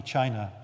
China